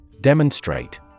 Demonstrate